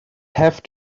have